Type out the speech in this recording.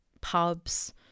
pubs